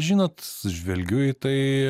žinot žvelgiu į tai